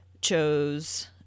chose